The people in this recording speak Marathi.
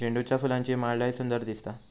झेंडूच्या फुलांची माळ लय सुंदर दिसता